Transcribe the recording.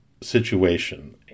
situation